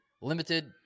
limited